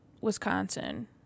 Wisconsin